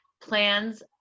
Plans